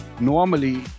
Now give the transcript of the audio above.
normally